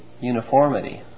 uniformity